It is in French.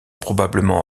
probablement